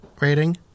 rating